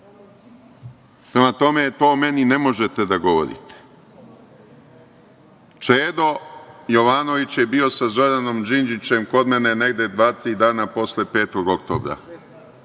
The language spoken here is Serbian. Hagu. Prema tome, to meni ne možete da govorite. Čedo Jovanović je bio sa Zoranom Đinđićem kod mene negde dva, tri dana posle 5. oktobra,